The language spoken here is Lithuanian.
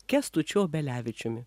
kęstučiu obelevičiumi